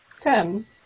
Ten